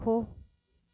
सिखो